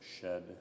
shed